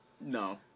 No